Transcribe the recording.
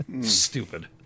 Stupid